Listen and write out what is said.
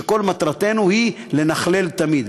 שכל מטרתנו היא "לנכלל" תמיד.